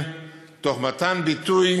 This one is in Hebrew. תוך מתן ביטוי